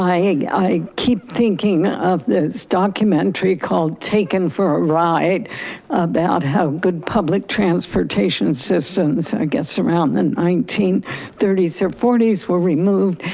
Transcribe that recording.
i keep thinking of this documentary called taken for a ride about how good public transportation systems i guess around the nineteen thirty s or forty s were removed.